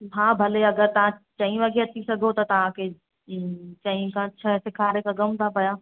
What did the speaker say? हा भले अगरि तव्हां चंई वगे अची सघो त तव्हांखे ई चंई खां छहें सेखारे सघूं था पिया